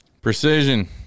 precision